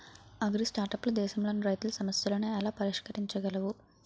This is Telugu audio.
అగ్రిస్టార్టప్లు దేశంలోని రైతుల సమస్యలను ఎలా పరిష్కరించగలవు?